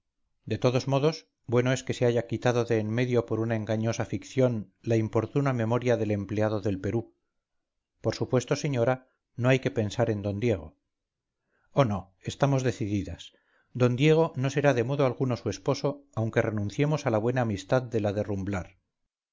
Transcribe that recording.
de todos modos bueno es que se haya quitado de en medio por una engañosa ficción la importuna memoria del empleado del perú por supuesto señora no hay que pensar en d diego oh no estamos decididas d diego no será de modo alguno su esposo aunque renunciemos a la buena amistad de la